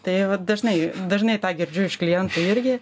tai vat dažnai dažnai tą girdžiu iš klientų irgi